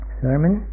sermon